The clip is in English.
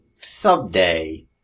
someday